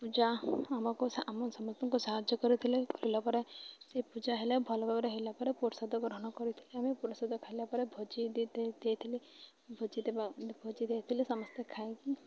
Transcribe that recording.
ପୂଜା ଆମକୁ ଆମ ସମସ୍ତଙ୍କୁ ସାହାଯ୍ୟ କରୁଥିଲେ କରିଲା ପରେ ସେ ପୂଜା ହେଲେ ଭଲ ଭାବରେ ହେଲା ପରେ ଗ୍ରହଣ କରିଥିଲେ ଆମେ ଖାଇଲା ପରେ ଭୋଜି ଦେଇଥିଲି ଭୋଜି ଦେବା ଭୋଜି ଦେଇଥିଲେ ସମସ୍ତେ ଖାଇକି